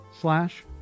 slash